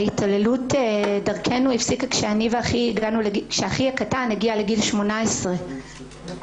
ההתעללות דרכנו הפסיקה כאשר אחי הקטן הגיע לגיל 18 אבל